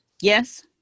Yes